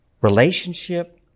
Relationship